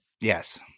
Yes